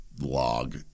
log